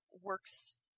works